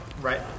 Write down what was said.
right